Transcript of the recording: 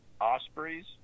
ospreys